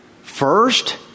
first